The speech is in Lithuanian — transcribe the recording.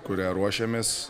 kurią ruošiamės